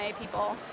people